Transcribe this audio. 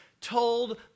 told